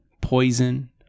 poison